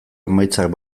emaitzak